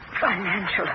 financial